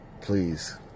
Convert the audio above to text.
please